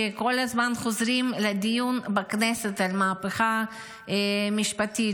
שכל הזמן חוזרים לדיון בכנסת על המהפכה המשפטית,